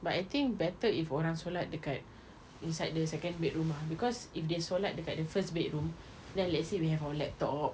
but I think better if orang solat dekat inside the second bedroom ah because if they solat dekat the first bedroom then let's say we have our laptops